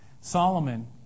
Solomon